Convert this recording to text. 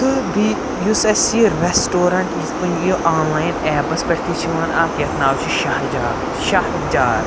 تہٕ بیٚیہِ یُس اَسہِ یہِ ریسٹورَنٹ یِتھ پٲٹھۍ یہِ آنلاین اٮ۪پَس پٮ۪ٹھ تہِ چھِ یِوَان اَکھ یَتھ ناو چھُ شاہِ جار شہجار